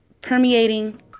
permeating